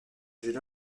jeune